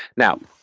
now,